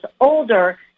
older